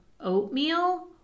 oatmeal